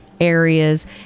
areas